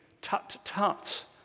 tut-tut